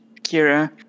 Kira